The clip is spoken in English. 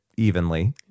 evenly